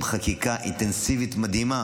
עם חקיקה אינטנסיבית מדהימה.